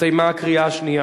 הסתיימה הקריאה השנייה.